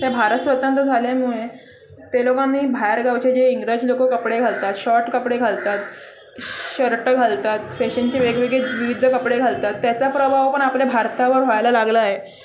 त्या भारत स्वतंत्र झाल्यामुळे ते लोकांनी बाहेरगावचे जे इंग्रज लोकं कपडे घालतात शॉर्ट कपडे घालतात शर्ट घालतात फॅशनचे वेगवेगळे विविध कपडे घालतात त्याचा प्रभाव पण आपल्या भारतावर व्हायला लागलाय